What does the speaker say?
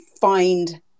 find